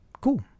cool